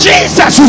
Jesus